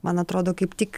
man atrodo kaip tik